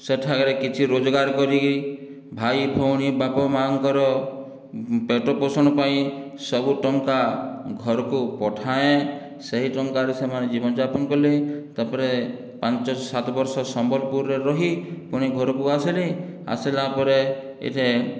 ସେଠାରେ କିଛି ରୋଜଗାର କରିକି ଭାଇ ଭଉଣୀ ବାପ ମାଙ୍କର ପେଟ ପୋଷଣ ପାଇଁ ସବୁ ଟଙ୍କା ଘରକୁ ପଠାଏ ସେହି ଟଙ୍କାରେ ସେମାନେ ଜୀବନ ଯାପନ କଲେ ତାପରେ ପାଞ୍ଚ ସାତ ବର୍ଷ ସମ୍ବଲପୁରରେ ରହି ପୁଣି ଘରକୁ ଆସିଲି ଆସିଲା ପରେ ଏ'ଠେ